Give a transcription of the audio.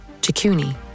Chikuni